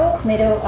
tomato,